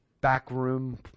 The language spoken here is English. backroom